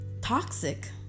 toxic